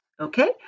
Okay